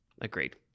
Agreed